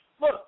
Look